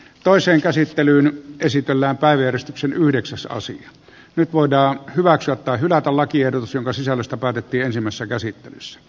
toiseen käsittelyyn käsitellään pääjäristyksen yhdeksässä asia nyt voidaan hyväksyä tai hylätä lakiehdotus jonka sisällöstä päätettiin ensimmäisessä käsittelyssä